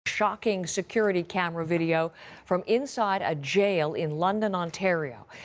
shocking security camera video from inside a jail in london, ontario.